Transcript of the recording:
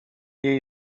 jej